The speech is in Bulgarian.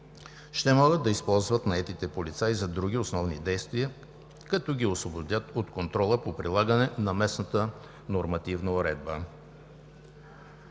ще могат да използват наетите полицаи за други основни действия, като ги освободят от контрола по прилагане на местната нормативна уредба.